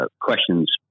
questions